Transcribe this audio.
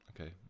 Okay